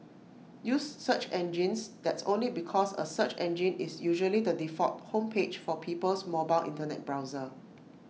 use search engines that's only because A search engine is usually the default home page for people's mobile Internet browser